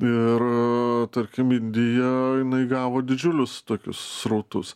ir tarkim indija jinai gavo didžiulius tokius srautus